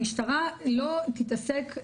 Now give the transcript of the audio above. המשטרה לא תתעסק,